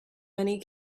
many